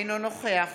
אינו נוכח